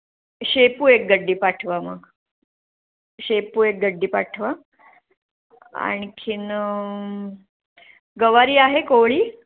शेपू एक गड्डी पाठवा मग शेपू एक गड्डी पाठवा आणखी गवारी आहे कोवळी